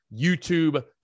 YouTube